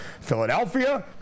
Philadelphia